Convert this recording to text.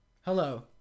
Hello